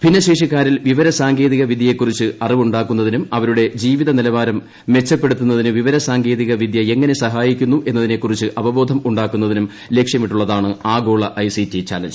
ഭിന്നശേഷിക്കൂാരിൽ വിവര സാങ്കേതിക വിദ്യയെക്കുറിച്ച് അറിവുണ്ട്ട്ട്ക്കു്ന്നതിനും അവരുടെ ജീവിത നിലവാരം മെച്ചപ്പെടുത്തൂങ്ങൾക്കിന് വിവര സാങ്കേതികവിദ്യ എങ്ങനെ സഹായിക്കുന്നു എന്ന്തിനെക്കുറിച്ച് അവബോധം ഉണ്ടാക്കുന്നതിനും ലക്ഷ്യമിട്ടുള്ളതാണ് ആഗോള ഐ സി ടി ചലഞ്ച്